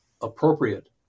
appropriate